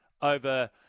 over